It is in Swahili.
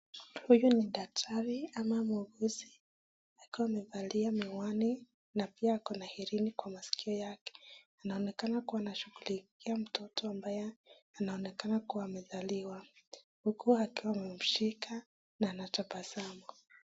Huyu ni daktari ama muuguzi. Ako amevaa miwani na pia ako na herini kwa masikio yake. Anaonekana kuwa anashughulikia mtoto ambaye anaonekana kuwa amezaliwa. Huku akiwa amemshika na anatabasamu.